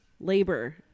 labor